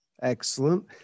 Excellent